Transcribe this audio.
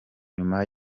nyuma